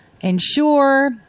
ensure